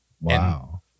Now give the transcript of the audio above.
Wow